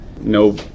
no